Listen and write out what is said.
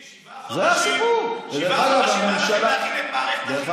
שבעה חודשים, לא עשיתם שום דבר, עודד,